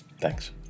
Thanks